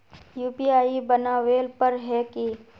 UPI बनावेल पर है की?